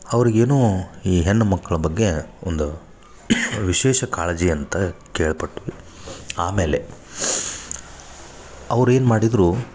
ಅವರಿಗೇನೋ ಈ ಹೆಣ್ಮಕ್ಳ ಬಗ್ಗೆ ಒಂದು ವಿಶೇಷ ಕಾಳಜಿ ಅಂತ ಕೇಳ್ಪಟ್ವಿ ಆಮೇಲೆ ಅವ್ರೇನು ಮಾಡಿದ್ದರು